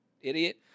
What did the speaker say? Idiot